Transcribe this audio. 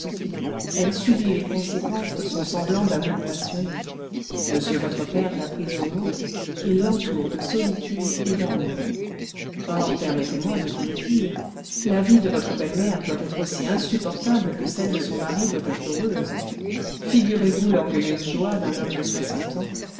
elle subit les conséquences de son semblant d'amour passionné monsieur votre père l'a prise au mot il l'entoure de solitude et d'amour or permettez-moi de vous le dire la vie de votre belle-mère doit être aussi insupportable que celle de son mari doit être heureuse figurez-vous l'orgueilleuse joie d'un homme de soixante ans